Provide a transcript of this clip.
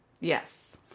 Yes